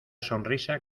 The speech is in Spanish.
sonrisa